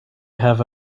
have